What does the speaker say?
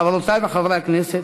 חברותי וחברי חברי הכנסת,